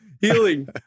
healing